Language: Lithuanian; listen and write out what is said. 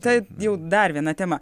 tai jau dar viena tema